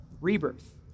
rebirth